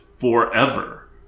forever